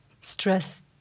stress